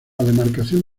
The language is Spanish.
demarcación